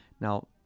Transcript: now